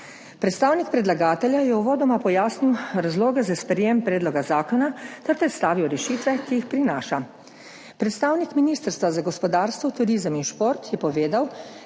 Predstavnik predlagatelja je uvodoma pojasnil razloge za sprejetje predloga zakona ter predstavil rešitve, ki jih prinaša. Predstavnik Ministrstva za gospodarstvo, turizem in šport je povedal,